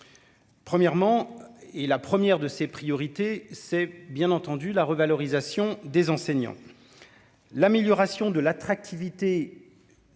premièrement, et la première de ses priorités, c'est bien entendu la revalorisation des enseignants, l'amélioration de l'attractivité